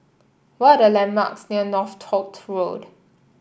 what are the landmarks near Northolt Road